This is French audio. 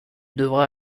devra